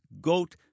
goat